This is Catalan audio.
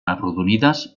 arrodonides